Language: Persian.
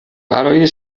برای